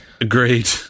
Agreed